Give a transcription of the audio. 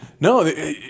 No